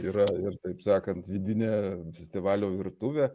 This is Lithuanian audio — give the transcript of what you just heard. yra ir taip sakant vidinė festivalio virtuvė